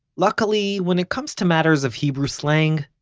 luckily, when it comes to matters of hebrew slang,